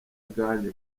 gangi